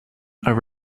are